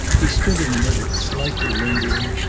he stood in the middle, slightly lingering,